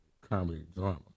comedy-drama